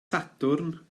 sadwrn